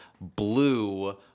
blue